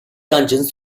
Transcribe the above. dungeons